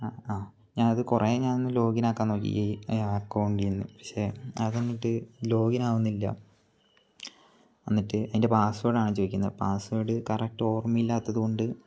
അ ആ ഞാൻ അത് കുറേ ഞാൻ ഇന്ന് ലോഗിൻ ആക്കാൻ നോക്കി ഈ അക്കൗണ്ടിൽ നിന്ന് പക്ഷേ അത് എന്നിട്ട് ലോഗിൻ ആവുന്നില്ല എന്നിട്ട് അതിൻ്റെ പാസ്വേർഡ് ആണ് ചോദിക്കുന്നത് പാസ്വേർഡ് കറക്റ്റ് ഓർമ്മ ഇല്ലാത്തത് കൊണ്ട്